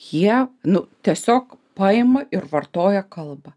jie nu tiesiog paima ir vartoja kalbą